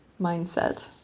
mindset